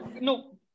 No